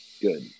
Good